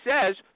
says